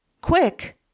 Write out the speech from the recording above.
Quick